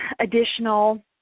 additional